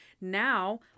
Now